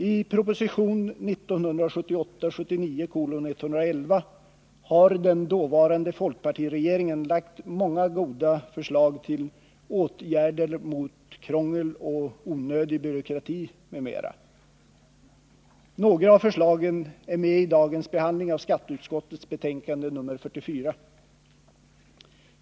I propositionen 1978/79:111 har den dåvarande folkpartiregeringen lagt många goda förslag till ”åtgärder mot krångel och onödig byråkrati m.m.” Några av förslagen är med i dagens behandling av skatteutskottets betänkande nr 44.